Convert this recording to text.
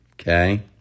Okay